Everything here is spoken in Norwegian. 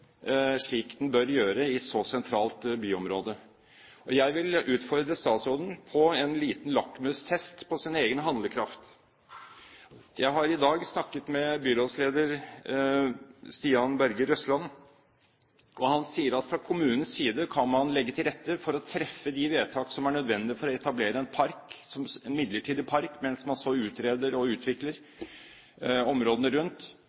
slik den bør gjøre, i et så sentralt byområde. Jeg vil utfordre statsråden på en liten lakmustest på sin egen handlekraft. Jeg har i dag snakket med byrådsleder Stian Berger Røsland, og han sier at fra kommunens side kan man legge til rette for å treffe de vedtak som er nødvendig for å etablere en midlertidig park mens man utreder og utvikler områdene rundt